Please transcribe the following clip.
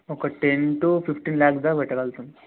ఒక ten to fifteen lakhs దాకా పెట్టగలుగుతాము